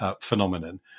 Phenomenon